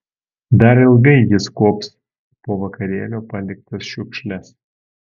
dar ilgai jis kuops po vakarėlio paliktas šiukšles